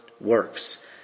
works